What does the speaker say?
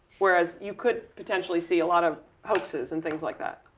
whereas you could potentially see a lot of hoaxes and things like that.